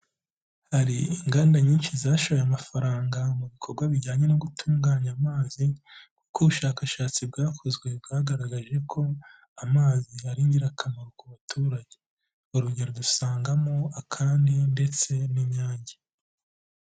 Hari inganda nyinshi zashoye amafaranga mu bikorwa bijyanye no gutunganya amazi, kuko ubushakashatsi bwakozwe bwagaragaje ko amazi ari ingirakamaro ku baturage. Urugero usangamo akandi ndetse n'inyange.